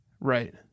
Right